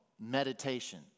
meditation